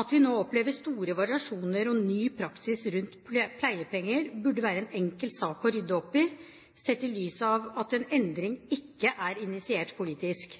At vi nå opplever store variasjoner og ny praksis rundt pleiepenger, burde være en enkel sak å rydde opp i, sett i lys av at en endring ikke er initiert politisk.